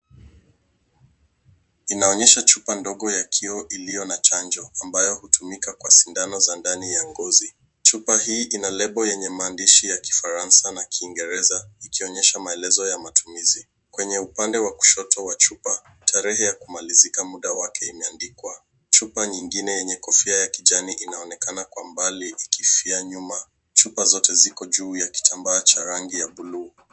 Zinaonyesha picha mbili za kioo iliyo na chanjo ambayo hutumika kwa sindano za ndani ya ngozi. Chupa hii ina lebo yenye maandishi ya kifaransa na kiingereza ikionyesha maelezo ya matumizi. Kwenye upande wa kushoto wa chupa, tarehe ya kumalizika muda wake umeandikwa. Chupa nyingine yenye kofia ya kijani inaonekana kwa mbali ikifia nyuma. Chupa zote iko juu ya kitambaa cha rangi ya buluu.